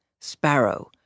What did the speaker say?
Sparrow